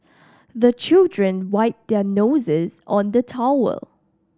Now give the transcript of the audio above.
the children wipe their noses on the towel